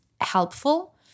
helpful